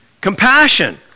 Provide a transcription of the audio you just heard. compassion